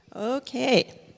Okay